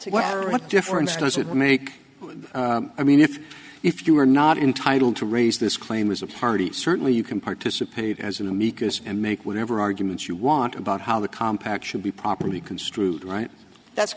what difference does it make i mean if if you are not entitled to raise this claim as a party certainly you can participate as an amicus and make whatever arguments you want about how the compact should be properly construed right that's